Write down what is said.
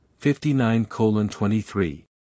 59-23